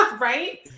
Right